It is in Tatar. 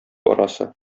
арасы